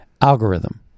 Algorithm